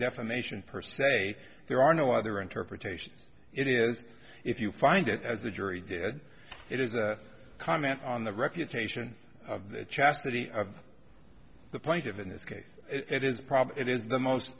defamation per se there are no other interpretations it is if you find it as the jury did it is a comment on the reputation of the chastity of the plaintive in this case it is probably it is the most